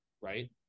right